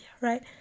right